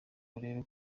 urebe